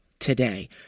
Today